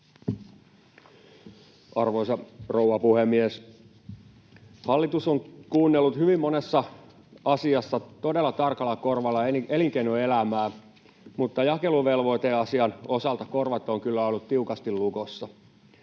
Arvoisa rouva puhemies! Hallitus on kuunnellut hyvin monessa asiassa todella tarkalla korvalla elinkeinoelämää, mutta jakeluvelvoiteasian osalta korvat ovat kyllä olleet tiukasti lukossa.